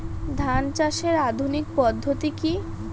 ধান চাষের আধুনিক পদ্ধতি কি?